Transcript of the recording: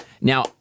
Now